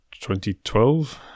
2012